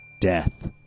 Death